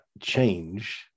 change